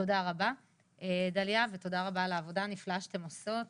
תודה רבה דליה ותודה רבה על העבודה הנפלאה שאתן עושות